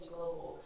Global